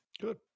Good